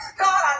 God